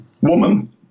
woman